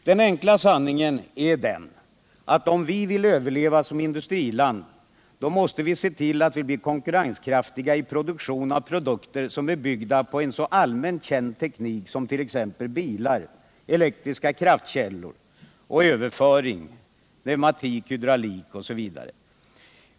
Den enkla sanningen är den, att om vi vill överleva som industriland, måste vi se till att vi blir konkurrenskraftiga genom produkter som är byggda på en allmänt känd teknik som t.ex. bilar, elektriska kraftkällor och överföring, pneumatik, hydraulik etc.